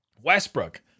Westbrook